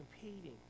competing